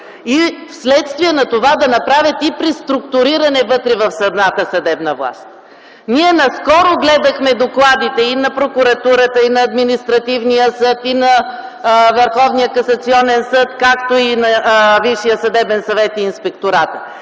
и вследствие на това да направят и преструктуриране вътре в самата съдебна власт. Ние наскоро гледахме докладите и на прокуратурата, и на Административния съд, и на Върховния касационен